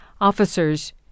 officers